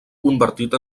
convertit